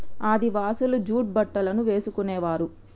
ఆదివాసులు జూట్ బట్టలను వేసుకునేవారు